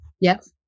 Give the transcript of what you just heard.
Yes